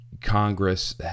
Congress